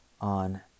on